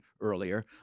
earlier